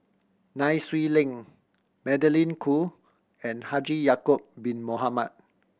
Nai Swee Leng Magdalene Khoo and Haji Ya'acob Bin Mohamed